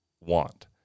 want